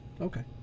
Okay